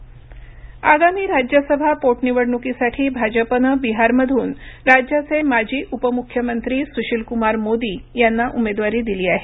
सुशीलकमार मोदी आगामी राज्यसभा पोटनिवडणुकीसाठी भाजपने बिहारमधून राज्याचे माजी उपमुख्यमंत्री सुशीलकुमार मोदी यांना उमेदवारी दिली आहे